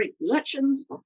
elections